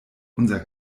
unser